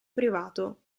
privato